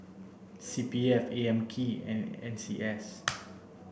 C P F A M K and N C S